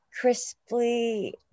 crisply